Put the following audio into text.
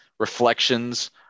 reflections